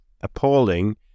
appalling